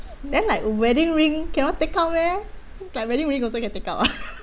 then like wedding ring cannot take out meh like wedding ring also can take out ah